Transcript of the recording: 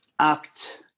act